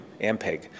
Ampeg